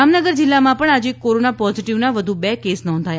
જામનગર જિલ્લામાં પણ આજે કોરોના પોઝીટવનાં વધુ બે કેસ નોંધાયા